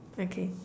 okay